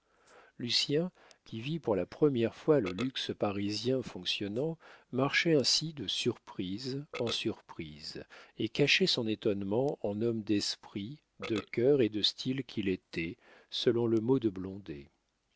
cardot lucien qui vit pour la première fois le luxe parisien fonctionnant marchait ainsi de surprise en surprise et cachait son étonnement en homme d'esprit de cœur et de style qu'il était selon le mot de blondet